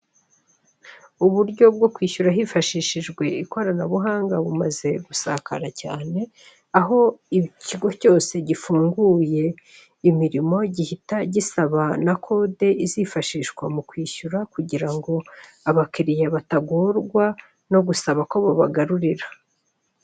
Uburyo bwo kwishyura hifashishijwe ikoranabuhanga bumaze gusakara cyane aho ikigo cyose gifunguye imirimo gihita gisaba na kode izifashishwa mu kwishyura kugira ngo abakirya batagorwa no gusaba ko babagarurira.